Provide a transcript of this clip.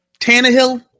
Tannehill